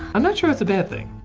i'm not sure that's a bad thing.